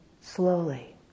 slowly